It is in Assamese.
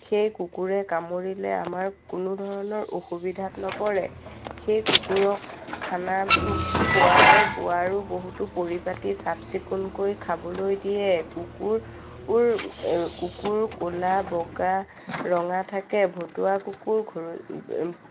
সেই কুকুৰে কামুৰিলে আমাৰ কোনো ধৰণৰ অসুবিধাত নপৰে সেই কুকুৰক খানা খোৱাৰ বোৱাৰো বহুতো পৰিপাতি চাফ চিকুণকৈ খাবলৈ দিয়ে কুকুৰ কুকুৰ ক'লা বগা ৰঙা থাকে ভটুৱা কুকুৰ ঘ